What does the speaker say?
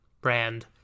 brand